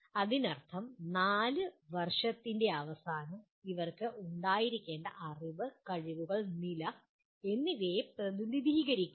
അതിനർത്ഥം 4 വർഷത്തിൻ്റെ അവസാനം ഇവർക്ക് ഉണ്ടായിരിക്കേണ്ട അറിവ് കഴിവുകൾ നില എന്നിവയെ പ്രതിനിധീകരിക്കുന്നു